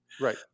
right